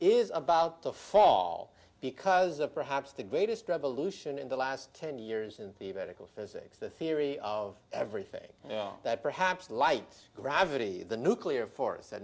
is about to fall because of perhaps the greatest revolution in the last ten years in the medical physics the theory of everything that perhaps light gravity the nuclear force that